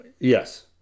Yes